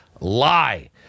lie